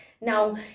Now